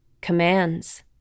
commands